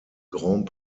grand